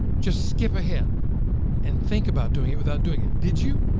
just skip ahead and think about doing it without doing it, did you?